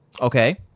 okay